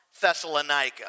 Thessalonica